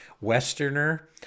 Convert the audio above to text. westerner